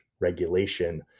regulation